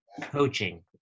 coaching